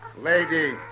Lady